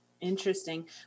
Interesting